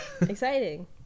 Exciting